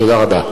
תודה רבה.